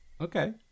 Okay